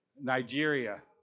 Nigeria